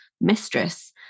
mistress